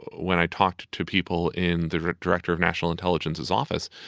when i talked to people in the rick director of national intelligence, his office,